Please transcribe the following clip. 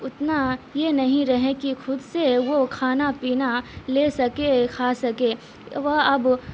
اتنا یہ نہیں رہیں کہ خود سے وہ کھانا پینا لے سکے خا سکے وہ اب